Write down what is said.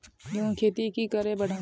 गेंहू खेती की करे बढ़ाम?